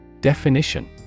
Definition